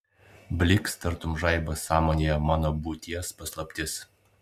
blykst tartum žaibas sąmonėje mano būties paslaptis